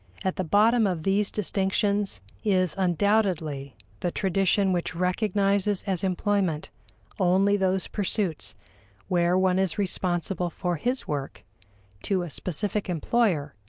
at the bottom of these distinctions is undoubtedly the tradition which recognizes as employment only those pursuits where one is responsible for his work to a specific employer,